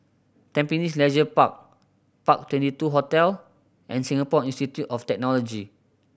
Tampines Leisure Park Park Twenty two Hotel and Singapore Institute of Technology